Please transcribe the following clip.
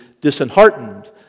disheartened